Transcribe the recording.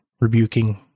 rebuking